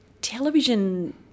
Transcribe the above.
television